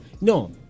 No